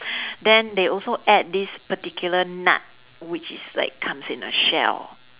then they also add this particular nut which is like comes in a shell